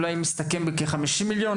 אולי זה מסתכם בכ-50 מיליון.